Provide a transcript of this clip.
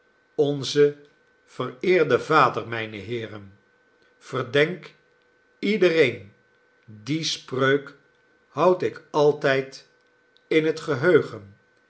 onze vereerde vader mijne heeren verdenk iedereen die spreuk houd ik altijd in het geheugen